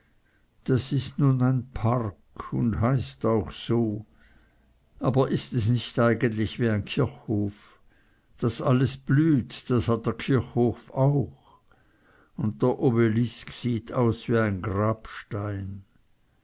das ist nun ein park und heißt auch so aber ist es nicht eigentlich wie ein kirchhof daß alles blüht das hat der kirchhof auch und der obelisk sieht aus wie ein grabstein